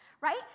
right